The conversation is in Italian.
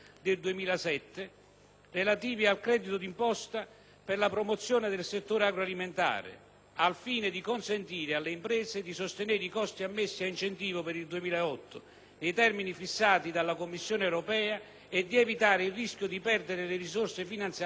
relativi al credito d'imposta per la promozione del settore agroalimentare, al fine di consentire alle imprese di sostenere i costi ammessi a incentivo per il 2008, nei termini fissati dalla Commissione europea, e di evitare il rischio di perdere le risorse finanziarie assegnate.